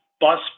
bus